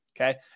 okay